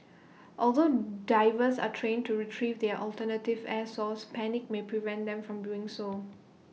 although divers are trained to Retrieve their alternative air source panic may prevent them from doing so